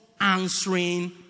answering